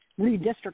redistrict